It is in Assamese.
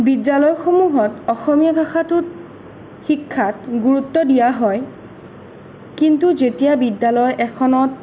বিদ্যালয়সমূহত অসমীয়া ভাষাটোত শিক্ষাত গুৰুত্ব দিয়া হয় কিন্তু যেতিয়া বিদ্যালয় এখনত